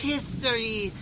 History